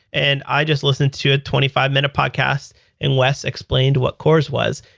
and i just listened to a twenty five minute podcast and wes explained what course was.